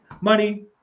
money